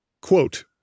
Quote